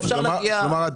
כלומר,